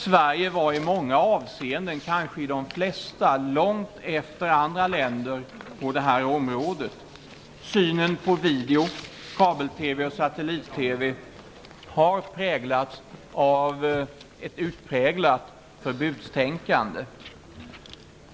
Sverige var i många avseenden, kanske i de flesta, långt efter andra länder på det området. Synen på video, kabel-TV och satellit-TV har kännetecknats av ett utpräglat förbudstänkande.